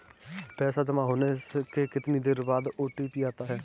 पैसा जमा होने के कितनी देर बाद ओ.टी.पी आता है?